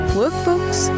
workbooks